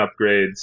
upgrades